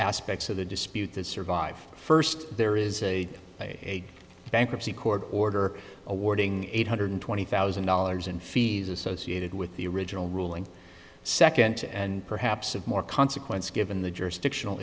aspects of the dispute that survive first there is a bankruptcy court order awarding eight hundred twenty thousand dollars in fees associated with the original ruling second and perhaps of more consequence given the jurisdiction